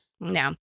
No